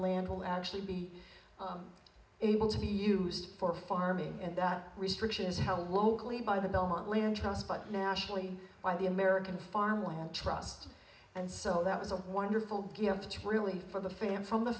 land will actually be able to be used for farming and that restriction is held locally by the belmont land trust by nationally by the american farmland trust and so that was a wonderful gift really for the family from the